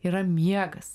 yra miegas